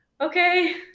okay